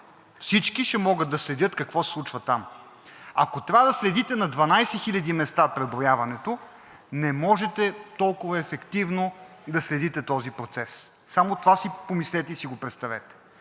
Всички ще могат да следят какво се случва там. Ако следите на 12 хиляди места преброяването, не можете толкова ефективно да следите този процес. Само това си помислете и си го представете